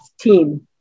team